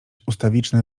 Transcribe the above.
ustawiczne